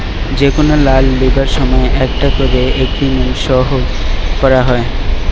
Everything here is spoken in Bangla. যে কুনো লোন লিবার সময় একটা কোরে এগ্রিমেন্ট সই কোরা হয়